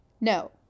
No